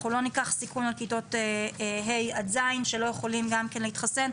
אנחנו לא ניקח סיכון על כיתות ה' עד ז' שלא יכולים גם כן להתחסן,